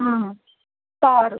third